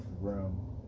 room